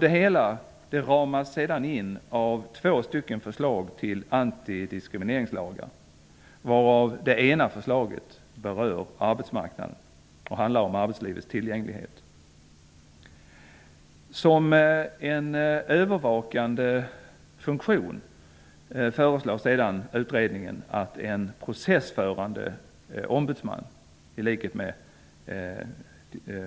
Det hela ramas in av två förslag till antidiskrimineringslagar, varav det ena berör arbetsmarknaden och handlar om arbetslivets tillgänglighet. Utredningen föreslår sedan att en processförande ombudsman skall inrättas som en övervakande funktion i likhet med